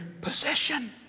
possession